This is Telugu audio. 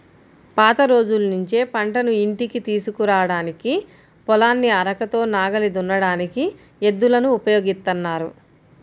పాత రోజుల్నుంచే పంటను ఇంటికి తీసుకురాడానికి, పొలాన్ని అరకతో నాగలి దున్నడానికి ఎద్దులను ఉపయోగిత్తన్నారు